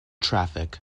traffic